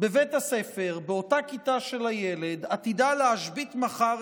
בבית הספר באותה כיתה של הילד עתידה להשבית מחר